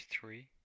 three